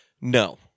No